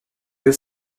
que